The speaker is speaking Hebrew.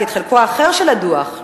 כי את חלקו האחר של הדוח,